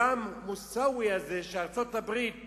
גם מוסאווי הזה, שארצות-הברית